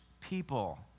people